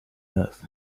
earth